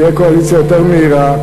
תהיה קואליציה יותר מהר,